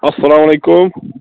اَسلامُ علیکُم